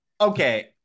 okay